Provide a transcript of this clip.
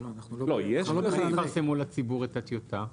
מתי תפרסמו לציבור את הטיוטה?